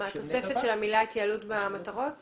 מה, התוספת של המילה התייעלות במטרות?